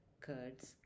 curds